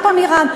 עוד הפעם איראן,